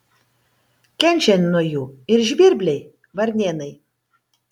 kenčia nuo jų ir žvirbliai varnėnai